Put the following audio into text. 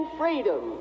freedom